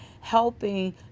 helping